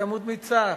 ימות מצער.